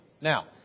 Now